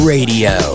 Radio